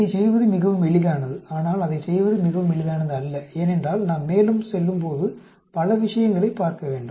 இதைச் செய்வது மிகவும் எளிதானது ஆனால் அதைச் செய்வது மிகவும் எளிதானது அல்ல ஏனென்றால் நாம் மேலும் செல்லும்போது பல விஷயங்களைப் பார்க்க வேண்டும்